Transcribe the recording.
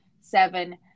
Seven